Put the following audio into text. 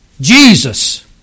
Jesus